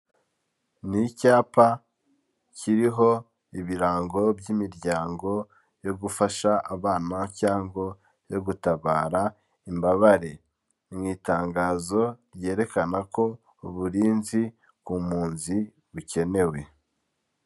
Ni icyapa kiriho ibirango by'imiryango yo gufasha abana, cyango yo gutabara imbabare. Mu itangazo ryerekana ko uburinzi ku mpunzi bukenewe.